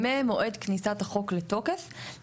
ממועד כניסת החוק לתוקף,